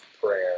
prayer